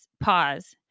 pause